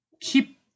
keep